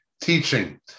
teaching